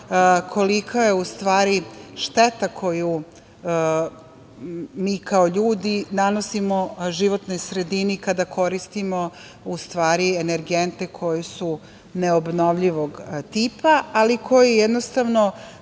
kolika je u stvari šteta koju mi kao ljudi nanosimo životnoj sredini kada koristimo energente koji su neobnovljivog tipa, ali koji jednostavno